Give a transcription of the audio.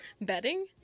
Bedding